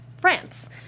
France